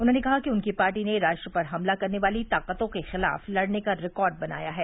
उन्होंने कहा कि उनकी पार्टी ने राष्ट्र पर हमला करने वाली ताकतों के खिलाफ लड़ने का रिकॉर्ड बनाया है